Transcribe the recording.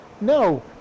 No